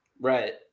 Right